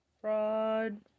fraud